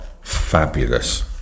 fabulous